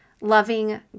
loving